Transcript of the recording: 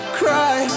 cry